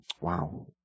wow